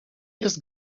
jest